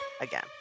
again